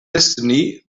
destiny